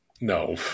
No